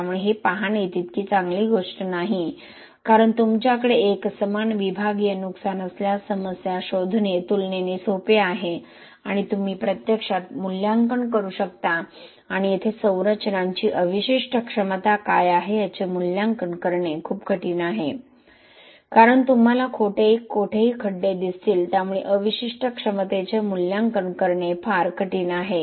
त्यामुळे हे पाहणे तितकी चांगली गोष्ट नाही कारण तुमच्याकडे एकसमान विभागीय नुकसान असल्यास समस्या शोधणे तुलनेने सोपे आहे आणि तुम्ही प्रत्यक्षात मूल्यांकन करू शकता आणि येथे संरचनांची अवशिष्ट क्षमता काय आहे याचे मूल्यांकन करणे खूप कठीण आहे कारण तुम्हाला कोठेही खड्डे दिसतील त्यामुळे अवशिष्ट क्षमतेचे मूल्यांकन करणे फार कठीण आहे